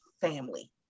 family